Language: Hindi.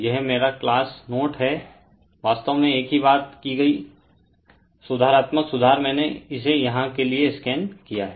यह मेरा क्लास नोट है वास्तव में एक ही बात की गई सुधारात्मक सुधार मैंने इसे यहाँ के लिए स्कैन किया है